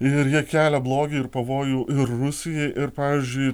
ir jie kelia blogį ir pavojų ir rusijai ir pavyzdžiui